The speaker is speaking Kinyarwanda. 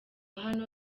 hano